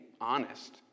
honest